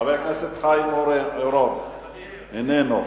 חבר הכנסת חיים אורון, איננו.